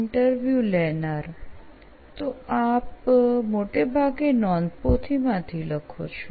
interview લેનાર તો આપ મોટે ભાગે નોંધપોથીમાં લખો છો